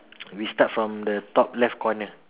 we start from the top left corner